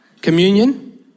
Communion